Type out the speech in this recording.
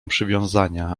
przywiązania